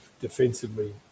defensively